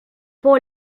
pas